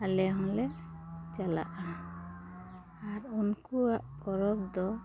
ᱟᱞᱮ ᱦᱚᱞᱮ ᱪᱟᱞᱟᱜᱼᱟ ᱟᱨ ᱩᱱᱠᱩᱣᱟᱜ ᱯᱚᱨᱚᱵᱽ ᱫᱚ